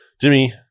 Jimmy